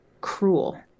cruel